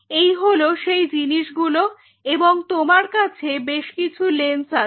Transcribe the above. এই হল সেই জিনিসগুলো এবং তোমার কাছে বেশকিছু লেন্স আছে